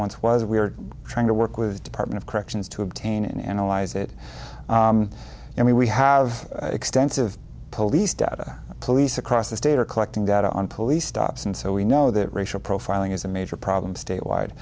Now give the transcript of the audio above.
was we are trying to work with the department of corrections to obtain analyze it and we have extensive police data police across the state are collecting data on police stops and so we know that racial profiling is a major problem statewide